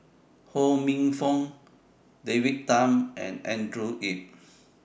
Ho Minfong David Tham and Andrew Yip